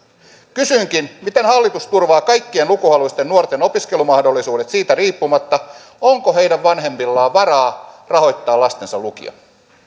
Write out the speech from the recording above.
kysynkin miten hallitus turvaa kaikkien lukuhaluisten nuorten opiskelumahdollisuudet siitä riippumatta onko heidän vanhemmillaan varaa rahoittaa lastensa lukio